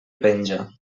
penja